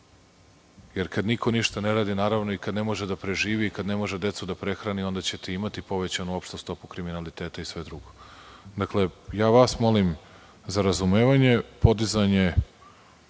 jer kad niko ništa ne radi, naravno i kada ne može da proživi, kad ne može decu da prehrani, onda ćete imati povećanu opštu stopu kriminaliteta i sve drugo. Dakle, ja vas molim za razumevanje, podizanje